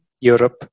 Europe